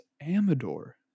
Amador